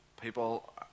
people